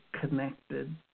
connected